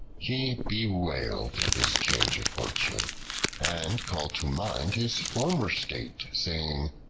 he bewailed his change of fortune and called to mind his former state, saying,